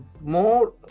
more